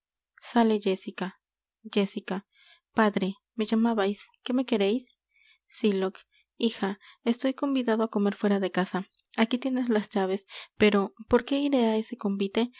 jéssica padre me llamabais qué me quereis sylock hija estoy convidado á comer fuera de casa aquí tienes las llaves pero por qué iré á ese convite